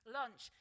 lunch